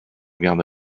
garde